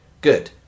Good